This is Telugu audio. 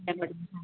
రేపటికి